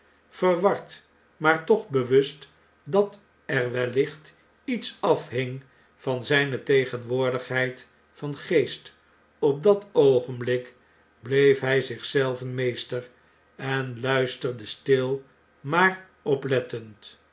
verward maar toch bewust dat er wellicht iets aching van zijne tegenwoordigheid van geest op dat oogenblik bleef hg zich zelven meester en luisterde stil maar oplettend